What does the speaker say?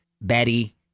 Betty